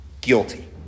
guilty